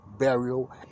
burial